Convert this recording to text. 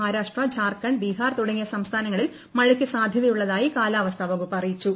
മഹാരാഷ്ട്ര ഝാർഖണ്ഡ് ബിഹാർ തുടങ്ങിയ സംസ്ഥാനങ്ങളിൽ മഴയ്ക്ക് സാധ്യതയുള്ളതായി കാലാവസ്ഥ വകുപ്പ് അറിയിച്ചു